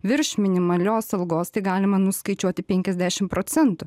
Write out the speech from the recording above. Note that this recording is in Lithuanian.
virš minimalios algos tai galima nuskaičiuoti penkiasdešim procentų